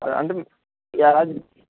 అంటే మీకు ఎలా